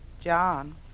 John